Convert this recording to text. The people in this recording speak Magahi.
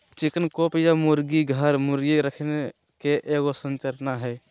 चिकन कॉप या मुर्गी घर, मुर्गी रखे के एगो संरचना हइ